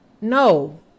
No